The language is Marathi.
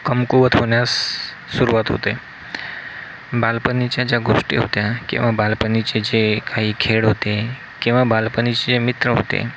कमकुवत होण्यास सुरवात होते बालपणीच्या ज्या गोष्टी होत्या किंवा बालपणीचे जे काही खेळ होते किंवा बालपणीचे जे मित्र होते